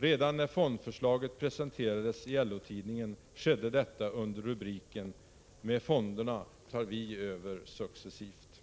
Redan när fondförslaget presenterades i LO-tidningen, skedde detta under rubriken: ”Med fonderna tar vi över successivt.”